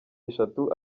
eshatu